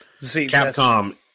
Capcom